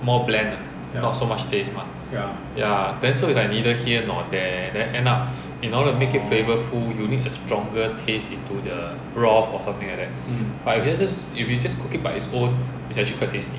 more bland not so much taste mah ya then so is like neither here nor there then end up in order to make it flavourful you need a stronger taste into the broth or something like that but I guess if you just cook it by its own it's actually quite tasty